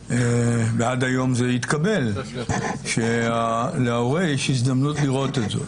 ועד היום זה התקבל שלהורה יש הזדמנות לראות את זה.